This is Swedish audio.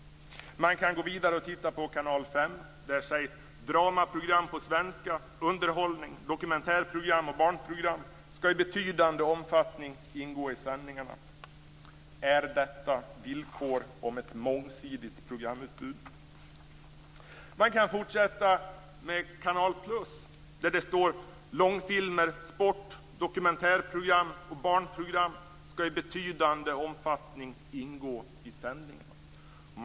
Man kan gå vidare och titta på vad som gäller för Kanal 5. Det talas om att dramaprogram på svenska, underhållning, dokumentärprogram och barnprogram skall ingå i sändningarna i betydande omfattning. Är detta villkor som skapar ett mångsidigt programutbud? Man kan fortsätta med Canal +. Långfilmer, sport, dokumentärprogram och barnprogram skall i betydande omfattning ingå i sändningarna.